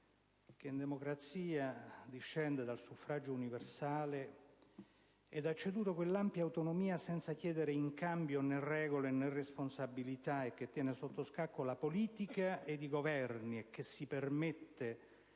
che in democrazia discende dal suffragio universale, e un'ampia autonomia senza chiedere in cambio né regole, né responsabilità, e che tiene sotto scacco la politica e i Governi e si permette,